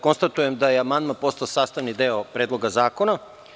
Konstatujem da je amandman postao sastavni deo Predloga zakona.